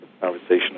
Conversation